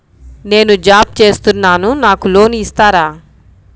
నేను జాబ్ చేస్తున్నాను నాకు లోన్ ఇస్తారా?